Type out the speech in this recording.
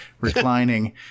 reclining